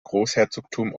großherzogtum